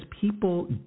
people